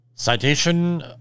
Citation